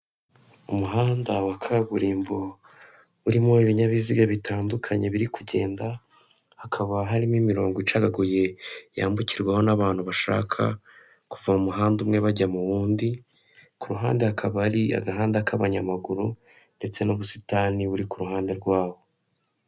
Umuhanda wa kaburimbo, urimo ibinyabiziga bitandukanye biri kugenda, hakaba harimo imirongo icagaguye, yambukirwaho n'abantu bashaka kuva mu muhanda umwe bajya mu wundi, ku ruhande hakaba hari agahanda k'abanyamaguru ndetse n'ubusitani buri ku ruhande rwaho.